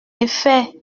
effet